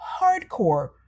hardcore